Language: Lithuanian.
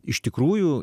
iš tikrųjų